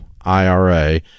IRA